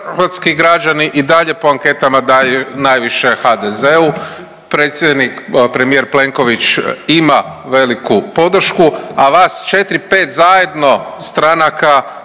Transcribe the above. hrvatski građani i dalje po anketama daju najviše HDZ-u, predsjednik, premijer Plenković ima veliku podršku, a vas 4, 5 zajedno stranaka